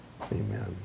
Amen